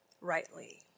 rightly